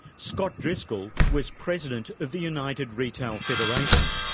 scott driscoll was president of the united retail federation,